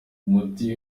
muti